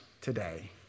today